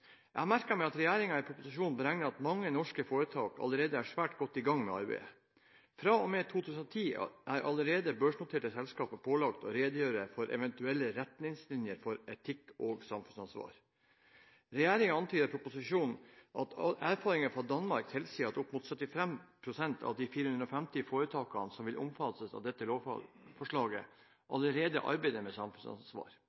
Jeg har merket meg at regjeringen i proposisjonen beregner at mange norske foretak allerede er svært godt i gang med arbeidet. Fra og med 2010 er allerede børsnoterte selskaper pålagt å redegjøre for eventuelle «retningslinjer for etikk og samfunnsansvar». Regjeringen antyder i proposisjonen at erfaringen fra Danmark tilsier at opp mot 75 pst. av de 450 foretakene som vil omfattes av dette